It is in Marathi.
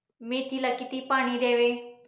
मेथीला किती पाणी द्यावे?